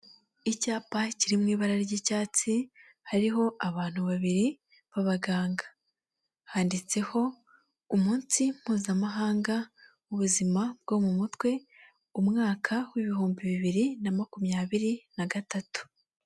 Icyapa kiri mu ibara ry'icyatsi, hariho abantu babiri b'abaganga, handitseho umunsi mpuzamahanga w'ubuzima bwo mu mutwe umwaka w'ibihumbi bibiri na makumyabiri na gatatu.